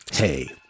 Hey